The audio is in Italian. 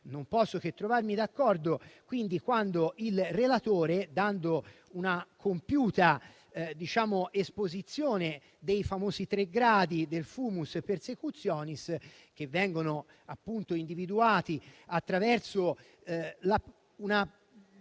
non posso che trovarmi d'accordo quando il relatore, dando una compiuta esposizione dei famosi tre gradi del *fumus persecutionis*, che vengono appunto individuati attraverso una